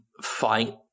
fight